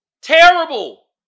terrible